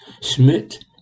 Schmidt